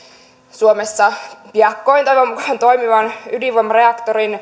suomessa piakkoin toivon mukaan toimivan ydinvoimareaktorin